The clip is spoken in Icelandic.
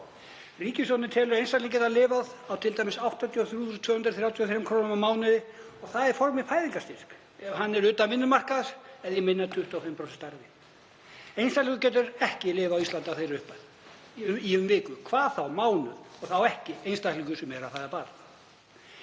Ríkisstjórnin telur einstakling geta lifað á t.d. 83.233 kr. á mánuði og það í formi fæðingarstyrks, ef hann er utan vinnumarkaðar eða í minna en 25% starfi. Einstaklingur getur ekki lifað á Íslandi af þeirri upphæð í um viku, hvað þá mánuð og þá ekki einstaklingur sem er að fæða barn.